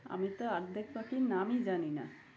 আমি তো অর্ধেক পাখি নামই জানি না